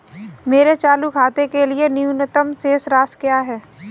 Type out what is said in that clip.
मेरे चालू खाते के लिए न्यूनतम शेष राशि क्या है?